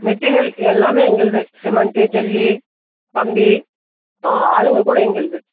material எல்லாமே எங்களுது cement ஜல்லி கம்பி ஆளுங்க கூட எங்களுது